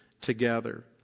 together